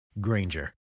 Granger